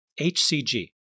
HCG